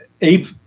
ape